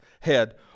head